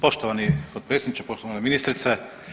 Poštovani potpredsjedniče, poštovana ministrice.